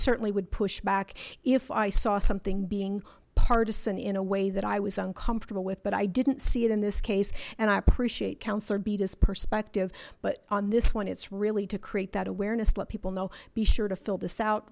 certainly would push back if i saw something being partisan in a way that i was uncomfortable with but i didn't see it in this case and i appreciate councillor be this perspective but on this one it's really to create that awareness let people know be sure to fill this out